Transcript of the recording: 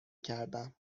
کردم